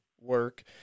work